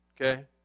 Okay